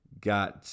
got